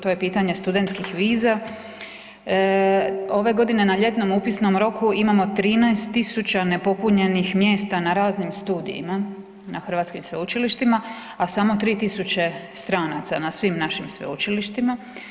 To je pitanje studentskih viza, ove godine na ljetnom upisnom roku imamo 13 tisuća nepopunjenih mjesta na raznim studijima na hrvatskim sveučilištima, a samo 3 tisuće stranaca na svim našim sveučilištima.